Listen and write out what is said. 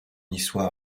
niçois